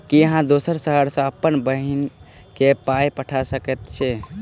की अहाँ दोसर शहर सँ अप्पन बहिन केँ पाई पठा सकैत छी?